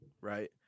right